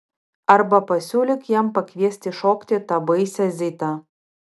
arba pasiūlyk jam pakviesti šokti tą baisią zitą